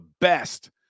best